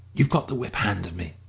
you've got the whip-hand of me,